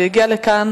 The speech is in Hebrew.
הגיע לכאן,